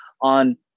on